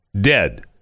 dead